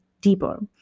deeper